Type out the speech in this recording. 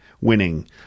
winning